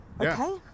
okay